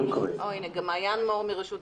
יועמ"ש חברת